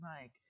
mike